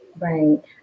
Right